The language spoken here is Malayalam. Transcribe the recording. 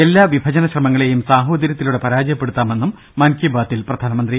എല്ലാ വിഭജന ശ്രമങ്ങളെയും സാഹോദര്യത്തിലൂടെ പരാജയപ്പെടുത്താമെന്നും മൻ കി ബാതിൽ പ്രധാനമന്ത്രി